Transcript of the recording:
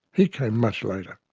he came much later.